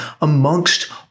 amongst